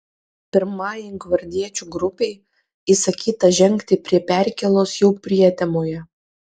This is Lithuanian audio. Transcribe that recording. pirmajai gvardiečių grupei įsakyta žengti prie perkėlos jau prietemoje